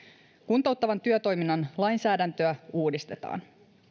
kuntouttavan työtoiminnan lainsäädäntöä uudistetaan